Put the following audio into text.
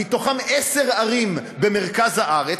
מתוכן עשר ערים במרכז הארץ,